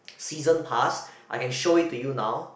season pass I can show it to you now